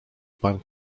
pan